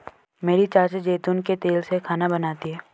मेरी चाची जैतून के तेल में खाना बनाती है